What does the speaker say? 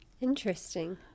Interesting